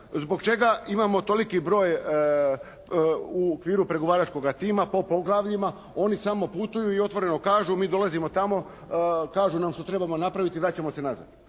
Zbog čega imamo toliki broj u okviru pregovaračkoga tima po poglavljima. Oni samo putuju i otvoreno kažu mi dolazimo tamo, kažu nam što trebamo napraviti i vraćamo se nazad.